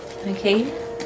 Okay